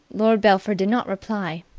lord belpher did not reply.